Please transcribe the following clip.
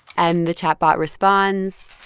and the chatbot responds,